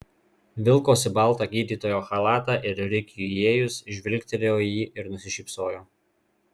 vilkosi baltą gydytojo chalatą ir rikiui įėjus žvilgtelėjo į jį ir nusišypsojo